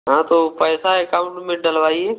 हाँ तो वह पैसा एकाउंट में डलवाइए